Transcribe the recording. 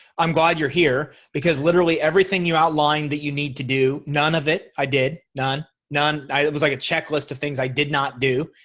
i'm glad you're here because literally everything you outlined that you need to do none of it. i did none, none. that was like a checklist of things i did not do.